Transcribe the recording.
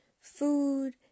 Food